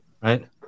Right